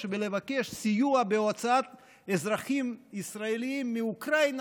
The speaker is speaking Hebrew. ולבקש סיוע בהוצאת אזרחים ישראלים מאוקראינה,